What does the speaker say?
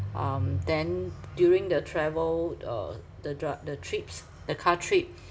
um then during the travel uh the dr~ the trips the car trip